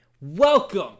welcome